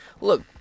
Look